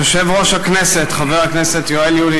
יושב-ראש הכנסת חבר הכנסת יואל יולי